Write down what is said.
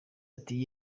ati